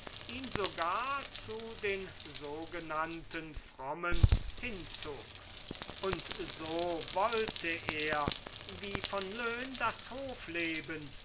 ihn sogar zu den sogenannten frommen hinzog und so wollte er wie von loen das hofleben